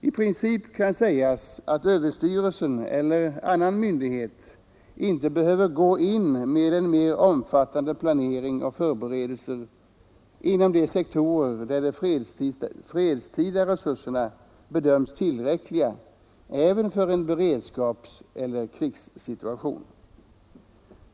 I princip kan sägas att överstyrelsen eller annan myndighet inte behöver gå in med mer omfattande planering och förberedelser inom de sektorer där de fredstida resurserna bedöms vara tillräckliga även för en beredskapseller krigssituation.